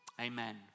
Amen